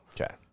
Okay